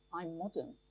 i'm modern.